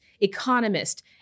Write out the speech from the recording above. economist